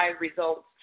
results